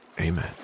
amen